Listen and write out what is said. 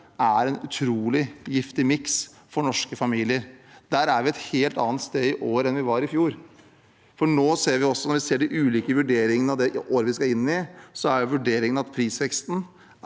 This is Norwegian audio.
er en utrolig giftig miks for norske familier. Der er vi et helt annet sted i år enn vi var i fjor, for nå, når vi ser de ulike vurderingene av det året vi skal inn i, er vurderingen at prisveksten